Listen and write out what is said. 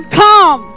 come